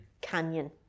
canyon